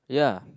ya